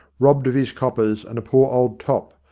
robbed of his coppers and a poor old top,